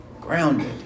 Grounded